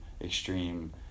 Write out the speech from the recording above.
extreme